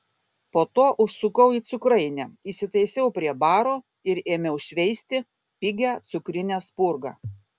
po to užsukau į cukrainę įsitaisiau prie baro ir ėmiau šveisti pigią cukrinę spurgą